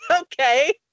okay